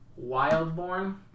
wildborn